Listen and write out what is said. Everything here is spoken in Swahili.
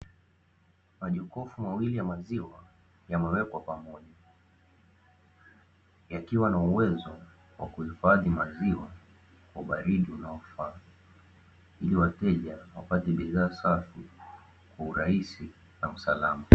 Majokofu mawili ya maziwa yamewekwa pamoja yakiwa na uwezo wa kuhifadhi maziwa kwa ubaridi unaofaa ili wateja wapate bidhaa safi kwa urahisi na usalama.